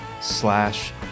slash